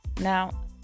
Now